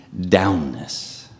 downness